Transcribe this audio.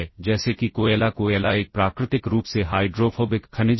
तो जब रिटर्न निष्पादित किया जाता है